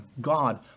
God